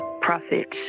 profits